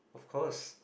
of course